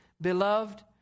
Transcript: Beloved